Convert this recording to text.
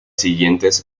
siguientes